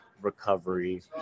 recovery